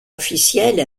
officielle